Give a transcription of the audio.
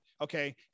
Okay